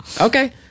Okay